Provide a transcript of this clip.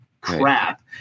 crap